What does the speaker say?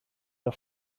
der